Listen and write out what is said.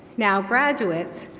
now graduates,